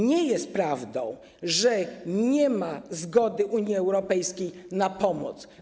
Nie jest prawdą, że nie ma zgody Unii Europejskiej na pomoc.